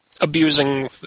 abusing